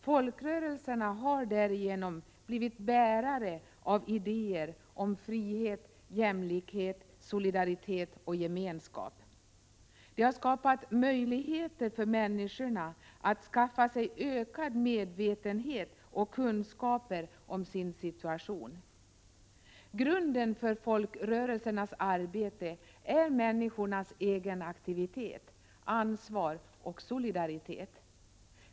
Folkrörelserna har därigenom blivit bärare av idéer om frihet, jämlikhet, solidaritet och gemenskap. De har skapat möjligheter för människorna att skaffa sig ökad medvetenhet och kunskaper om sin situation. Grunden för folkrörelsernas arbete är människornas egen aktivitet, deras ansvar och solidaritet.